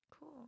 Cool